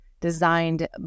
designed